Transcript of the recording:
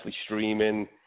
streaming